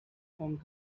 home